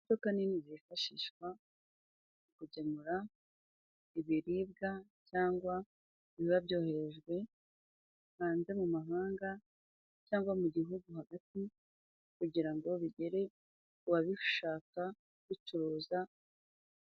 Imodoka nini zifashishwa mu kugemura ibiribwa， cyangwa biba byoherejwe hanze mu mahanga， cyangwa mu gihugu hagati，kugira ngo bigere ku babishaka bicuruza....